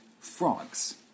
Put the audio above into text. frogs